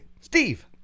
Steve